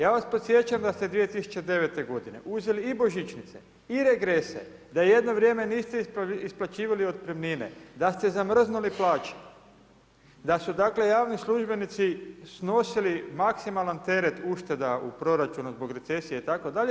Ja vas podsjećam da ste 2009. g. uzeli i božićnice i regrese, da jedno vrijeme niste isplaćivali otpremnine, da ste zamrznuli plaće, da su dakle, javni službenici snosili maksimalni teret ušteda u proračunu zbog recesije itd.